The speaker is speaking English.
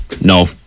no